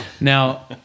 Now